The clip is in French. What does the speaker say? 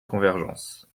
convergence